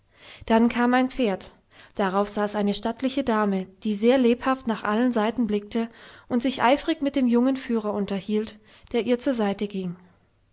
dann kam ein pferd darauf saß eine stattliche dame die sehr lebhaft nach allen seiten blickte und sich eifrig mit dem jungen führer unterhielt der ihr zur seite ging